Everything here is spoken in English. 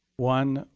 one,